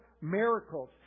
miracles